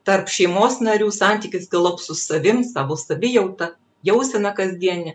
tarp šeimos narių santykis galop su savim savo savijauta jausena kasdiene